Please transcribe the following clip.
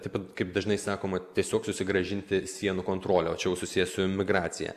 taip pat kaip dažnai sakoma tiesiog susigrąžinti sienų kontrolę o čia jau susiję su imigracija